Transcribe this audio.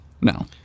No